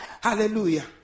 Hallelujah